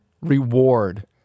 reward